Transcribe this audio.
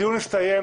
הדיון הסתיים.